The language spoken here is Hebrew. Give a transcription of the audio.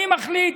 אני מחליט.